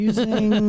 Using